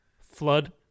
Flood